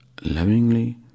lovingly